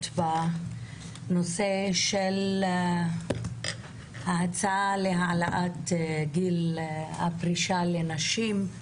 בנושא של ההצעה להעלאת גיל הפרישה לנשים.